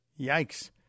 Yikes